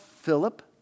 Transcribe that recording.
Philip